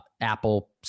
Apple